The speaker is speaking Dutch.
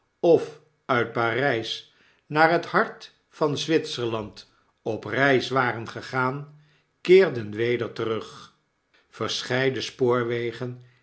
of uit p arys naar het hart van l w its er land op reis waren gegaan keerden weder terug verscheiden spoorwegen